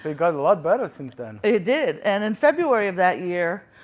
so got a lot better since then. it did. and in february of that year,